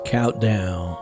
countdown